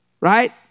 right